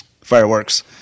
fireworks